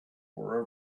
for